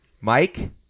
Mike